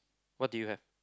what do you have